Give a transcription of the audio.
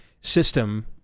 system